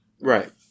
Right